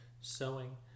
Sewing